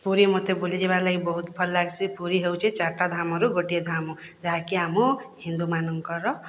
ପୁରୀ ମତେ ବୁଲିଯିବାର୍ ଲାଗି ବହୁତ୍ ଭଲ୍ ଲାଗ୍ସି ପୁରୀ ହେଉଛି ଚାରିଟା ଧାମରୁ ଗୋଟେ ଧାମ ଯାହାକି ଆମ ହିନ୍ଦୁମାନଙ୍କର